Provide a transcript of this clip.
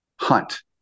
hunt